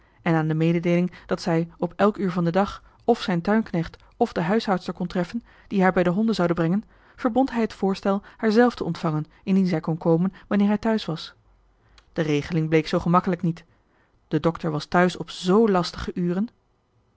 en aan de mededeeling dat zij op elk uur van den dag f zijn tuinknecht f de huishoudster kon treffen die haar bij de honden zouden brengen verbond hij het voorstel haar zelf te ontvangen indien zij kon komen wanneer hij thuis was de regeling bleek zoo gemakkelijk niet de dokter was thuis op z lastige uren